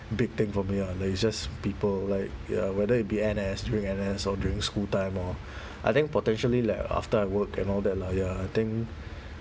big thing for me ah like it's just people like ya whether it be N_S during N_S or during school time or I think potentially like after I work and all that lah ya I think